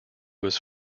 was